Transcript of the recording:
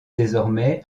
désormais